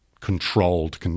controlled